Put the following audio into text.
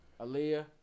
Aaliyah